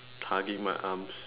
tuck in my arms